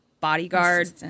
bodyguard